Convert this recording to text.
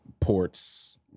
ports